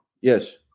yes